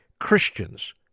Christians